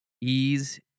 Ease